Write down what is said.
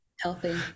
healthy